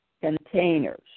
containers